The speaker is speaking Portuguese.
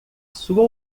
sua